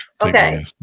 Okay